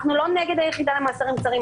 אנחנו לא נגד היחידה למאסרים קצרים.